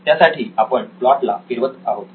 त्यासाठी आपण प्लॉट ला फिरवत आहोत